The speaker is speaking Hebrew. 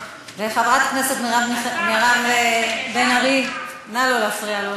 חברת הכנסת מירב בן ארי, נא לא להפריע לו.